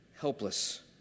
helpless